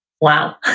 Wow